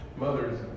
mothers